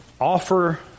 Offer